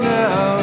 now